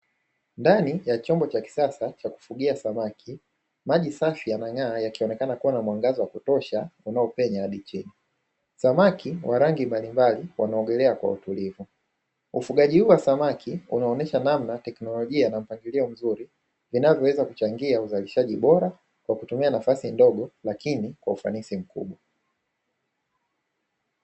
Ndani ya chombo cha kisasa cha kufugia samaki maji safi yanang'aa yakionekana kuwa na mwangaza wa kutosha unaopenya hadi chini. Samaki wa rangi mbalimbali wanaogelea kwa utulivu, ufugaji huu wa samaki unaonyesha namna teknolojia na mpangilio mzuri inavyoweza kuchangia uzalizaji bora kwa kutumia nafasi ndogo lakini kwa ufanisi mkubwa.